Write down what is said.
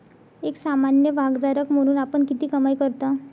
एक सामान्य भागधारक म्हणून आपण किती कमाई करता?